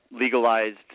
legalized